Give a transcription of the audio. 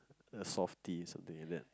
a softie something like that